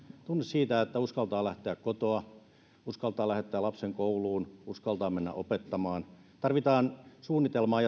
tunne siitä että uskaltaa lähteä kotoa uskaltaa lähettää lapsen kouluun uskaltaa mennä opettamaan tarvitaan suunnitelmaa